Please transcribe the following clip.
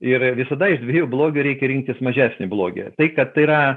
ir visada iš dviejų blogių reikia rinktis mažesnį blogį tai kad yra